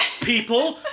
people